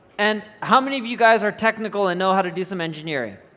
and how many of you guys are technical and know how to do some engineering?